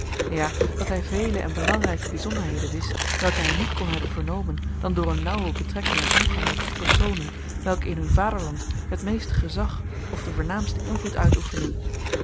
ja dat hij vele en belangrijke bijzonderheden wist welke hij niet kon hebben vernomen dan door eene nauwe betrekking en omgang met die personen welke in hun vaderland het meeste gezag of den voornaamsten invloed uitoefenden